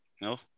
no